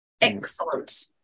Excellent